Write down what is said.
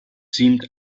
seemed